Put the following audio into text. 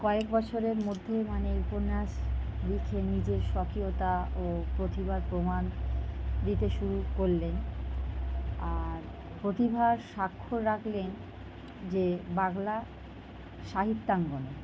কয়েক বছরের মধ্যে মানে উপন্যাস লিখে নিজের স্বকীয়তা ও প্রতিভার প্রমাণ দিতে শুরু করলেন আর প্রতিভার স্বাক্ষর রাখলেন যে বাংলা সাহিত্যাঙ্গনে